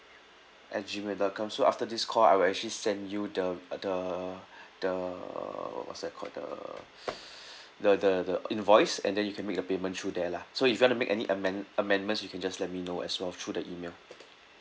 at gmail dot com so after this call I will actually send you the the the what's that called the the the the invoice and then you can make the payment through there lah so if you're going to make any amend~ amendments you can just let me know as well through the email